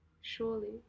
Surely